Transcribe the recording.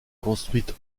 construite